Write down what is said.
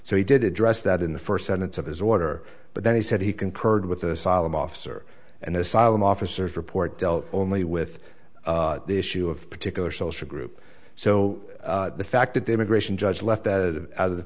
so he did address that in the first sentence of his order but then he said he concurred with the solemn officer and the asylum officers report dealt only with the issue of particular social group so the fact that the immigration judge left out of the